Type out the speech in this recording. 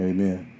Amen